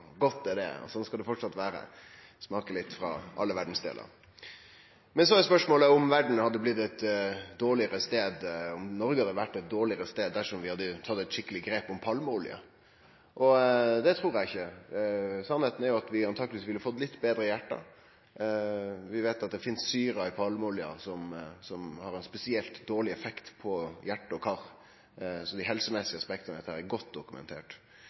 Godt er det, og slik skal det framleis vere. Vi skal smake litt frå alle verdsdelar. Så er spørsmålet om Noreg hadde vore ein dårlegare stad dersom vi hadde tatt eit skikkeleg grep om palmeoljen. Det trur eg ikkje. Sanninga er at vi antakeleg ville fått litt betre hjarte. Vi veit at det finst ei syre i palmeoljen som har spesielt dårleg effekt på hjarte og kar, så helseaspekta er godt